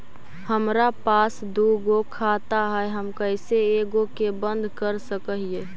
हमरा पास दु गो खाता हैं, हम कैसे एगो के बंद कर सक हिय?